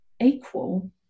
equal